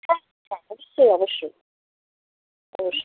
হ্যাঁ হ্যাঁ অবশ্যই অবশ্যই অবশ্যই